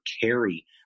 carry